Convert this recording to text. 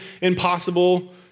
impossible